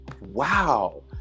wow